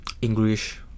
English